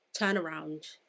turnaround